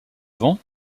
vent